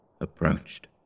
approached